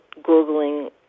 Googling